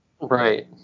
Right